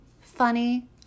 funny